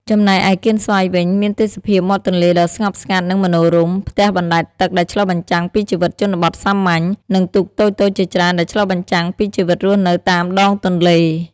ចំណែកឯកៀនស្វាយវិញ មានទេសភាពមាត់ទន្លេដ៏ស្ងប់ស្ងាត់និងមនោរម្យ ផ្ទះបណ្តែតទឹកដែលឆ្លុះបញ្ចាំងពីជីវិតជនបទសាមញ្ញ និងទូកតូចៗជាច្រើនដែលឆ្លុះបញ្ចាំងពីជីវិតរស់នៅតាមដងទន្លេ។